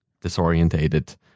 disorientated